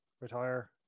retire